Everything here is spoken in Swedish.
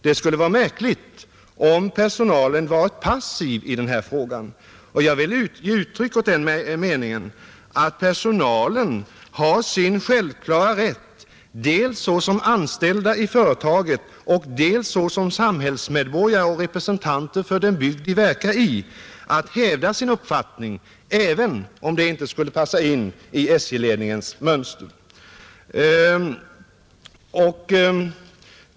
Det skulle ha varit märkligt om de anställda varit passiva i den här frågan, och jag vill ge uttryck åt den meningen att de har sin självklara rätt dels såsom anställda i företaget, dels såsom samhällsmedborgare och representanter för den bygd de verkar i att hävda sin uppfattning, även om detta inte skulle passa in i SJ-ledningens mönster.